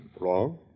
Wrong